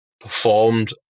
performed